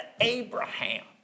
Abraham